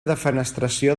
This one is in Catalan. defenestració